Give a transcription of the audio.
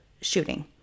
shooting